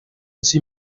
sie